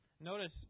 notice